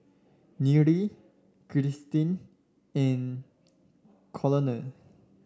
Nyree Christi and Colonel